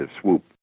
swoop